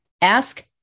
Ask